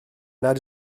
nad